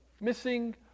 Missing